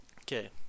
Okay